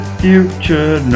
future